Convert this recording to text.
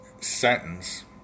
sentence